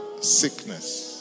sickness